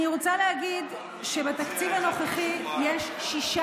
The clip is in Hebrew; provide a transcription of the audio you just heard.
אני רוצה להגיד שבתקציב הנוכחי יש 6